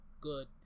good